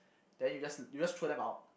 then you just you just throw them out